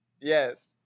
Yes